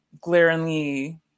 glaringly